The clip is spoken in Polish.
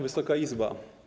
Wysoka Izbo!